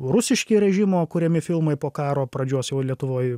rusiški režimo kuriami filmai po karo pradžios jau lietuvoj